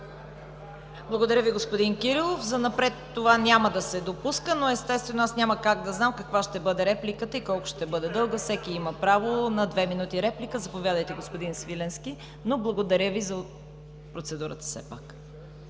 Благодаря Ви, господин Кирилов. Занапред това няма да се допуска, но, естествено, аз няма как да знам каква ще бъде репликата и колко ще бъде дълга. Всеки има право на 2 минути реплика. Заповядайте, господин Свиленски. Но благодаря Ви за процедурата все пак.